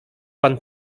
pan